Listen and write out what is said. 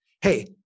hey